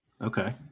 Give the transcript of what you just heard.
Okay